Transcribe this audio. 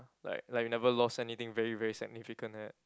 like like you never lost anything very very significant like that